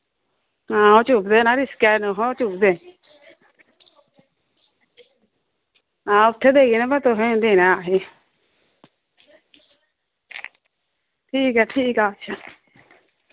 आं ओह् चुभदे ना रिस्क ऐ ओह् चुभदे आं उत्थें जदेने पर तुसें निं देना ऐ असें ठीक ऐ ठीक ऐ अच्छा